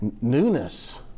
newness